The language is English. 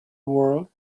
world